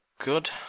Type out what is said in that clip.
good